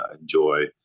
enjoy